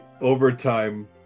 overtime